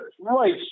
right